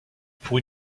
pour